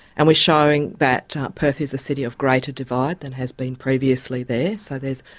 and we're showing that perth is a city of greater divide than has been previously there, so there's.